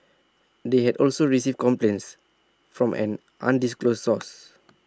they had also received complaints from an undisclosed source